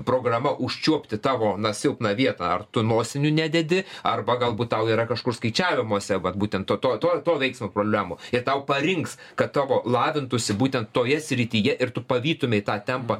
programa užčiuopti tavo silpną vietą ar tu nosinių nededi arba galbūt tau yra kažkur skaičiavimuose vat būtent to to to ir to veiksmo problemų ir tau parinks kad tavo lavintųsi būtent toje srityje ir tu pavytumei tą tempą